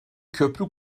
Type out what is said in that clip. köprü